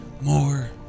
more